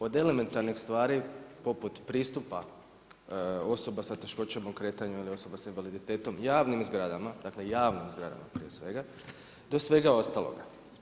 Od elementarnih stvari poput pristupa osoba sa teškoćama u kretanju ili osoba s invaliditetom, javnim zgradama, dakle, javnim zgradama prije svega, do svega ostaloga.